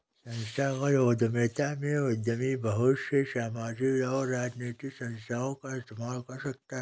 संस्थागत उद्यमिता में उद्यमी बहुत से सामाजिक और राजनैतिक संस्थाओं का इस्तेमाल कर सकता है